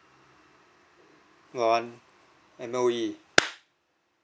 number one M_O_E